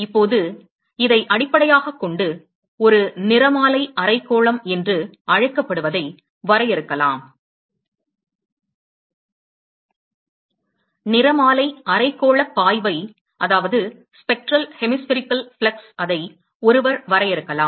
இப்போது இதை அடிப்படையாகக் கொண்டு ஒரு நிறமாலை அரைக்கோளம் என்று அழைக்கப்படுவதை வரையறுக்கலாம் நிறமாலை அரைக்கோளப் பாய்வை ஒருவர் வரையறுக்கலாம்